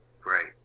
great